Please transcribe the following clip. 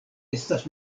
estas